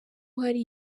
hari